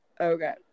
okay